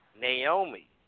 Naomi